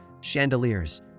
chandeliers